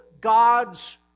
God's